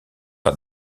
par